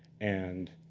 and